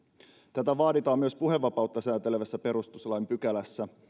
tätä vaaditaan myös puhevapautta säätelevässä perustuslain pykälässä